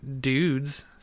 dudes